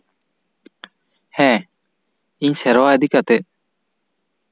ᱦᱮᱸ ᱤᱧ ᱥᱮᱨᱣᱟ ᱤᱫᱤ ᱠᱟᱛᱮᱜ